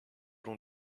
long